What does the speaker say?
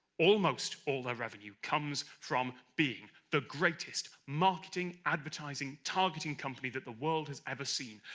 almost all their revenue comes from being the greatest marketing, advertising, targeting company that the world has ever seen.